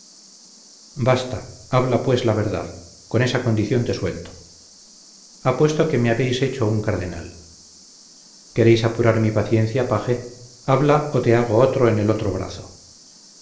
basta habla pues la verdad con esa condición te suelto apuesto que me habéis hecho un cardenal quieres apurar mi paciencia paje habla o te hago otro en el otro brazo